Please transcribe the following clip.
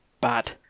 bad